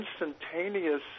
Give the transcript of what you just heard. instantaneous